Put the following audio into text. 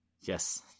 Yes